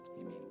Amen